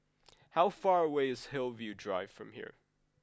how far away is Hillview Drive from here